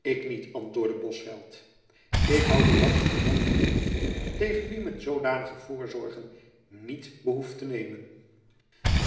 ik niet antwoordde bosveldt ik hoû buat voor een man van eer tegen wien men zoodanige voorzorgen niet behoeft te nemen